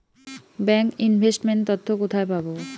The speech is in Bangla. ব্যাংক ইনভেস্ট মেন্ট তথ্য কোথায় পাব?